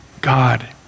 God